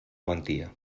mentia